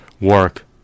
work